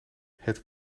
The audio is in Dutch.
het